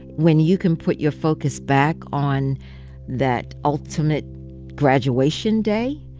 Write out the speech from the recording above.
when you can put your focus back on that ultimate graduation day,